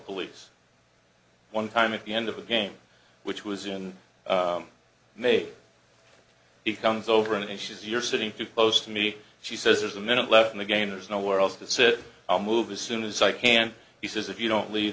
police one time at the end of the game which was in may it comes over and she's you're sitting too close to me she says there's a minute left in the game there's nowhere else to sit and move as soon as i can he says if you don't leave